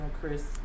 chris